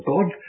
God